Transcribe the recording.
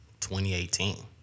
2018